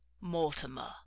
Mortimer